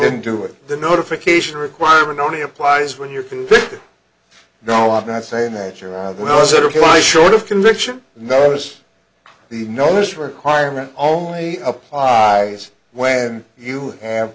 don't do it the notification requirement only applies when you're convicted no i'm not saying that you're right well as a reply short of conviction notice the notice requirement only applies when you have